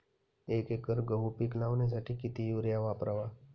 एक एकर गहू पीक लावण्यासाठी किती युरिया वापरावा?